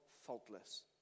faultless